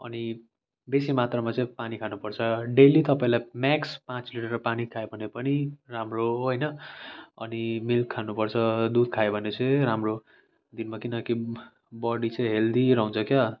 अनि बेसी मात्रामा चाहिँ पानी खानुपर्छ डेली तपाईँलाई मेक्स पाँच लिटर पानी खायो भने पनि राम्रो हो होइन अनि मिल्क खानुपर्छ दुध खायो भने चाहिँ राम्रो दिनमा किनकि बडी चाहिँ हेल्दी रहन्छ क्या